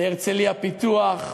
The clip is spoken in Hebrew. להרצליה-פיתוח,